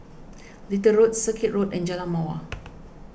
Little Road Circuit Road and Jalan Mawar